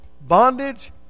bondage